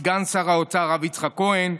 סגן שר האוצר הרב יצחק כהן,